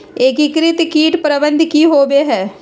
एकीकृत कीट प्रबंधन की होवय हैय?